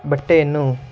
ಬಟ್ಟೆಯನ್ನು